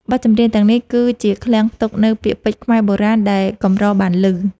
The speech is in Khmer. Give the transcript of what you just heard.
បទចម្រៀងទាំងនេះ គឺជាឃ្លាំងផ្ទុកនូវពាក្យពេចន៍ខ្មែរបុរាណដែលកម្របានឮ។